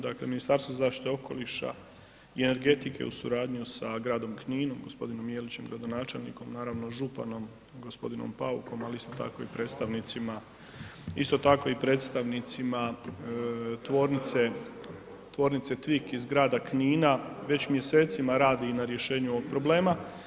Dakle, Ministarstvo zaštite okoliša i energetike u suradnji sa gradom Kninom, gospodinom Jelićem gradonačelnikom, naravno županom gospodinom Paukom ali isto tako i predstavnicima, isto tako i predstavnicima tvornice Tvik iz grada Knina već mjesecima radi i na rješenju ovog problema.